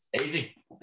Easy